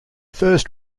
first